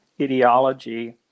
ideology